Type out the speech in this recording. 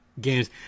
games